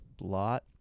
lot